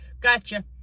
gotcha